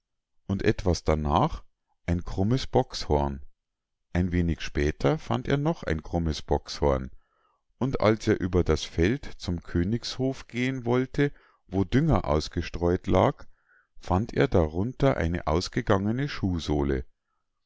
und etwas darnach ein krummes bockshorn ein wenig später fand er noch ein krummes bockshorn und als er über das feld zum königshof gehen wollte wo dünger ausgestreu't lag fand er darunter eine ausgegangene schuhsohle